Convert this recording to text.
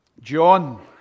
John